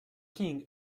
king